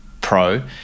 pro